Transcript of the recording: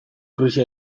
krisi